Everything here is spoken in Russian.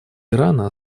ирана